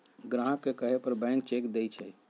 ग्राहक के कहे पर बैंक चेक देई छई